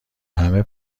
همه